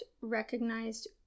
recognized